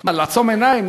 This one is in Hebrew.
מה, לעצום עיניים?